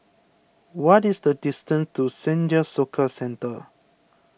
what is the distance to Senja Soka Centre